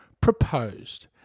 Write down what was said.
proposed